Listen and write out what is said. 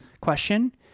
question